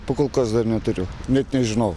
po kol kas dar neturiu net nežinau